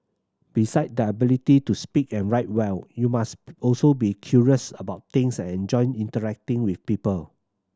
beside the ability to speak and write well you must also be curious about things and enjoy interacting with people